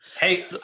Hey